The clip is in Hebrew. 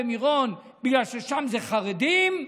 בגלל שזה חרדים?